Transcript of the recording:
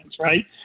right